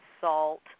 salt